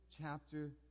chapter